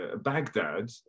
Baghdad